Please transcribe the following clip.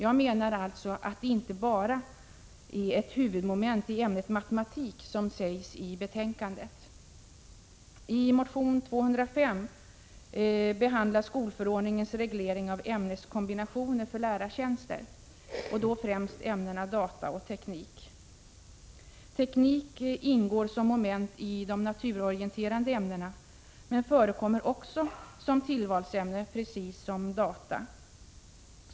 Jag menar alltså att den inte enbart är ett huvudmoment i ämnet matematik, som sägs i betänkandet. I motion Ub205 behandlas skolförordningens reglering av ämnets kombinationer för lärartjänster och då främst ämnena data och teknik. Teknik ingår som moment i de naturorienterande ämnena, men förekommer också som tillvalsämne precis som data.